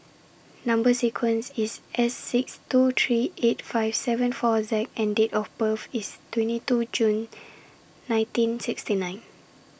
Number sequence IS S six two three eight five seven four Z and Date of birth IS twenty two June nineteen sixty nine